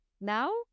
Now